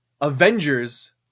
Avengers